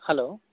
hello